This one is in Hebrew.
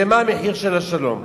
ומה המחיר של השלום.